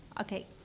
okay